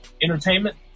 Entertainment